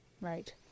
Right